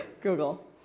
Google